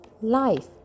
Life